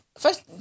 First